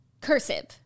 Cursive